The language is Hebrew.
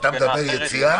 אתה מדבר על יציאה?